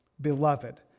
Beloved